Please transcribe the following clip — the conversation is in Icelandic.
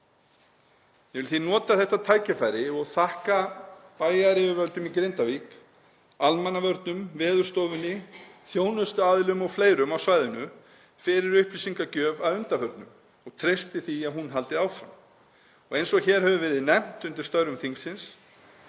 Ég vil því nota þetta tækifæri og þakka bæjaryfirvöldum í Grindavík, almannavörnum, Veðurstofunni, þjónustuaðilum og fleirum á svæðinu fyrir upplýsingagjöf að undanförnu og treysti því að hún haldi áfram. Eins og hér hefur verið nefnt undir störfum þingsins